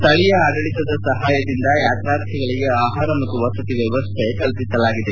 ಸ್ಥಳೀಯ ಆಡಳಿತದ ಸಹಾಯದಿಂದ ಯಾತ್ರಾರ್ಥಿಗಳಿಗೆ ಆಹಾರ ಹಾಗೂ ವಸತಿ ವ್ಯವಸ್ಥೆ ಕಲ್ಪಿಸಲಾಗಿದೆ